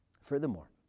Furthermore